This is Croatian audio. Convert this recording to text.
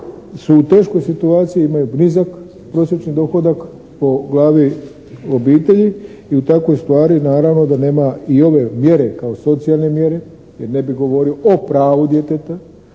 su u teškoj situaciji i imaju blizak prosječni dohodak po glavi obitelji i u takvoj stvari naravno da nema i ove mjere kao socijalne mjere, jer ne bi govorio o pravu djeteta